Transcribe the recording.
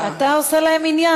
אתה עושה להם עניין,